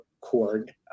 cord